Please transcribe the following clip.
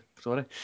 sorry